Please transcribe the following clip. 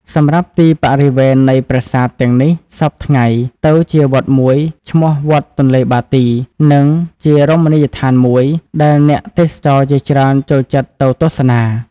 សម្រាប់ទីបរិវេណនៃប្រាសាទទាំងនេះសព្វថៃ្ងទៅជាវត្តមួយឈ្មោះ វត្តទនេ្លបាទី និងជារមណីដ្ឋានមួយ ដែលអ្នកទេសចរណ៍ជាច្រើនចូលចិត្តទៅទស្សនា។